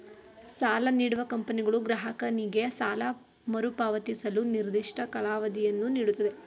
ಸಾಲ ನೀಡುವ ಕಂಪನಿಗಳು ಗ್ರಾಹಕನಿಗೆ ಸಾಲ ಮರುಪಾವತಿಸಲು ನಿರ್ದಿಷ್ಟ ಕಾಲಾವಧಿಯನ್ನು ನೀಡುತ್ತವೆ